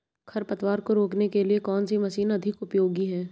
खरपतवार को रोकने के लिए कौन सी मशीन अधिक उपयोगी है?